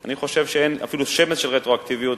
אני חושב שאין אפילו שמץ של רטרואקטיביות